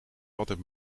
altijd